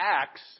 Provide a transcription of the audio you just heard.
Acts